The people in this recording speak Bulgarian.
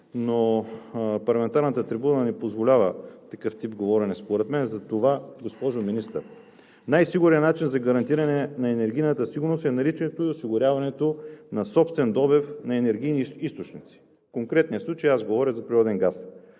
мен парламентарната трибуна ми позволява такъв тип говорене за това. Госпожо Министър, най-сигурният начин за гарантиране на енергийната сигурност е наличието и осигуряването на собствен добив на енергийни източници. В конкретния случай аз говоря за природен газ.